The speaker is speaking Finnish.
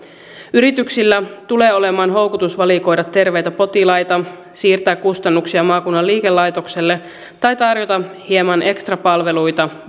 yrityksillä tulee olemaan houkutus valikoida terveitä potilaita siirtää kustannuksia maakunnan liikelaitokselle tai tarjota hieman ekstrapalveluita